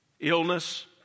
Illness